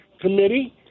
committee